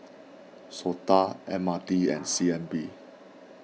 Sota M R T and C N B